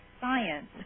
science